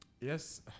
yes